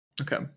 Okay